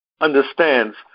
understands